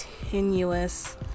continuous